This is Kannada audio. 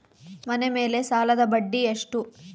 ಮನೆ ಮೇಲೆ ಸಾಲದ ಬಡ್ಡಿ ಎಷ್ಟು?